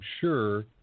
sure